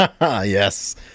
yes